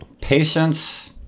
patience